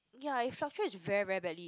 ya it fluctuates very very badly